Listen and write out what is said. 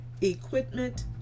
equipment